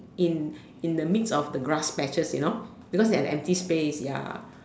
in in the midst of the grass patches you know because they had an empty space ya